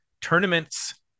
tournaments